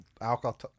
alcohol